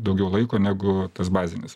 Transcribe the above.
daugiau laiko negu tas bazinis